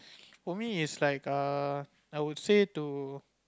for me it's like err I would say to